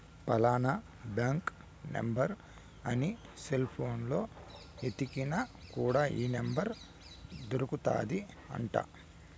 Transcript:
ఫలానా bank number అని cell పోనులో ఎతికిన కూడా ఈ నెంబర్ దొరుకుతాది అంట